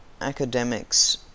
academics